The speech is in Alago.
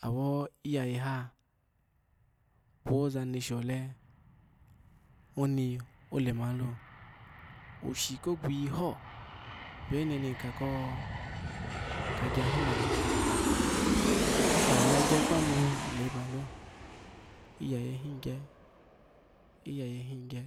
Awo iyayeha uaza neshi ole oni olmuni lo oshi ko gwayeho bio. hide ni kako. kha gyohim ma kuma ny ya gyo kpanu leba lo iyeye hin gyo, iyeye hingya